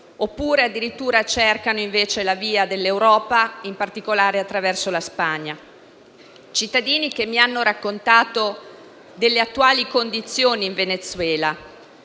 addirittura la via dell'Europa, in particolare attraverso la Spagna. Cittadini che mi hanno raccontato delle attuali condizioni in Venezuela